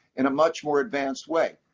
in a much more advanced way.